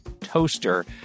toaster